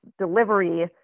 delivery